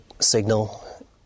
signal